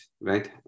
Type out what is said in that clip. right